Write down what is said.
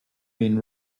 been